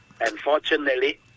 Unfortunately